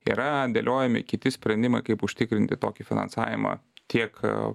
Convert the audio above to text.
yra dėliojami kiti sprendimai kaip užtikrinti tokį finansavimą tiek